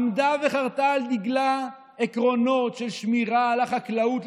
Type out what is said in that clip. עמדה וחרתה על דגלה עקרונות של שמירה על החקלאות,